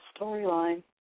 storyline